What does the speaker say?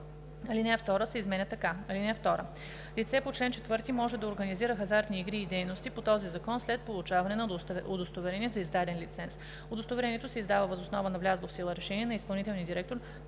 Алинея 2 се изменя така: „(2) Лице по чл. 4 може да организира хазартни игри и дейности по този закон след получаване на удостоверение за издаден лиценз. Удостоверението се издава въз основа на влязло в сила решение на изпълнителния директор на